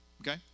okay